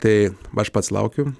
tai aš pats laukiu